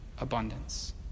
abundance